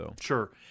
Sure